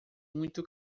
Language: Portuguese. muito